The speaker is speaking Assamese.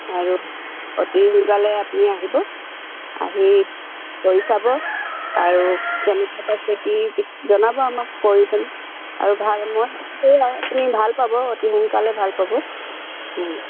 আৰু অতি সোনকালে আপুনি আহিব আহি কৰি চাব আৰু কেনেকুৱে পাইছে কি জনাব আমাক কৰি পিনে আৰু ভাল মই কৈছোঁ আপুনি ভাল পাব অতি সোনকালে ভাল পাব